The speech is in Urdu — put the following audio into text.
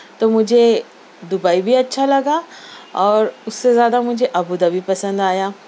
تو مجھے دبئی بھی اچھا لگا اور اُس سے زیادہ مجھے ابو دھابی پسند آیا